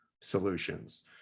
solutions